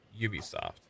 Ubisoft